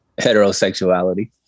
heterosexuality